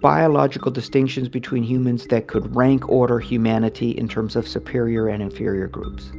biological distinctions between humans that could rank order humanity in terms of superior and inferior groups.